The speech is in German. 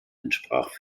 entsprach